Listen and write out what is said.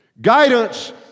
Guidance